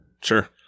sure